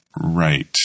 right